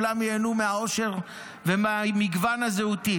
כולם ייהנו מהעושר וממגוון הזהויות.